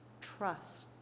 trust